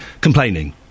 complaining